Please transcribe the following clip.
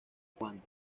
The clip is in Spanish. cuando